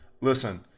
Listen